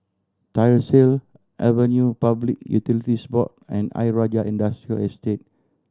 Tyersall Avenue Public Utilities Board and Ayer Rajah Industrial Estate